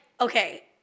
okay